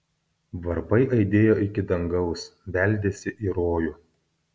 varpai aidėjo iki dangaus beldėsi į rojų